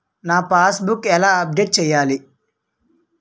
నా passbook ఎలా update చేయాలి?